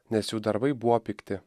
nes jų darbai buvo pikti